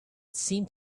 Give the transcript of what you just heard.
seemed